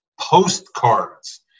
postcards